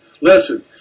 Listen